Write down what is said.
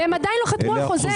והם עדיין לא חתמו על חוזה.